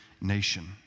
nation